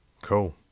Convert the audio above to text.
Cool